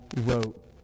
wrote